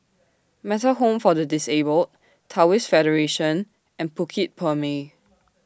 Metta Home For The Disabled Taoist Federation and Bukit Purmei